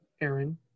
Aaron